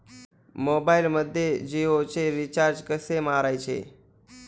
मोबाइलमध्ये जियोचे रिचार्ज कसे मारायचे?